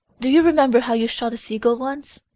do you remember how you shot a seagull once?